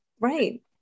Right